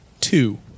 Two